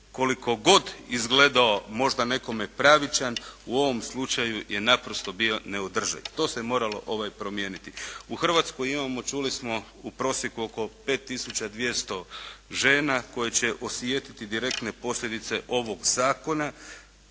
koliko god izgledao možda nekome pravičan, u ovom slučaju je naprosto bio neodrživ. To se moralo promijeniti. U Hrvatskoj imamo, čuli smo u prosjeku oko 5200 žena koje će osjetiti direktne posljedice ovoga Zakona,